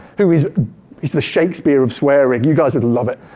who is is the shakespeare of swearing, you guys would love it.